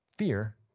Fear